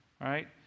right